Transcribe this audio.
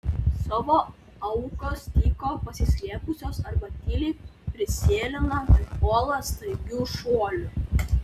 savo aukos tyko pasislėpusios arba tyliai prisėlina ir puola staigiu šuoliu